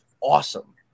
awesome